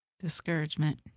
Discouragement